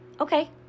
Okay